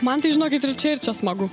man tai žinokit ir čia ir čia smagu